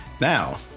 Now